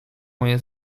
moje